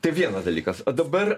tai vienas dalykas dabar